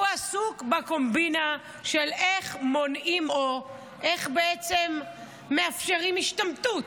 הוא עסוק בקומבינה של איך מונעים או איך בעצם מאפשרים השתמטות.